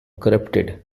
corrupted